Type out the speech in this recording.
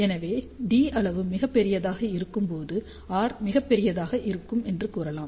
எனவே d அளவு மிகப் பெரியதாக இருக்கும்போது r மிகப் பெரியதாக இருக்கும் என்று கூறலாம்